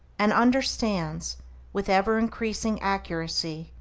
and understands with ever-increasing accuracy,